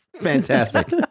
Fantastic